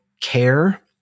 care